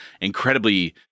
incredibly